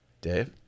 Dave